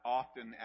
often